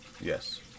Yes